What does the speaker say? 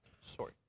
Sorry